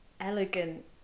elegant